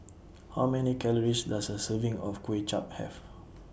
How Many Calories Does A Serving of Kuay Chap Have